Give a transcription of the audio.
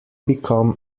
become